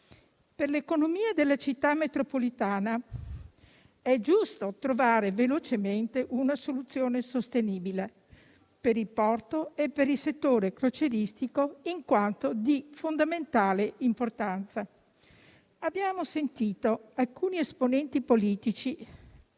Per l'economia della città metropolitana è giusto trovare velocemente una soluzione sostenibile per il porto e per il settore crocieristico in quanto di fondamentale importanza. Abbiamo sentito alcuni esponenti politici